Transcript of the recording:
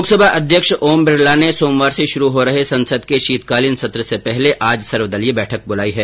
लोकसभा अध्यक्ष ओम बिरला ने सोमवार से शुरू हो रहे संसद के शीतकालीन सत्र से पहले आज सर्वदलीय बैठक बुलाई है